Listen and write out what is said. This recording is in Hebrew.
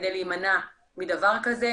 כדי להימנע מדבר כזה.